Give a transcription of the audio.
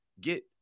get